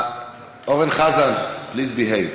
חבר הכנסת אורן חזן, please behave.